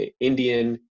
Indian